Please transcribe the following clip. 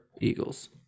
Eagles